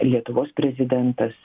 lietuvos prezidentas